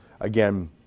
again